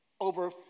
Over